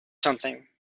something